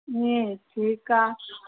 ईअं ठीकु आहे